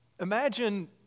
Imagine